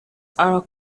are